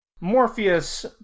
Morpheus